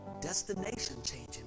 destination-changing